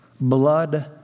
Blood